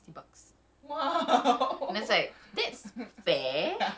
so I went to scroll a few pages of emojis right